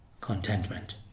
contentment